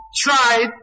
tried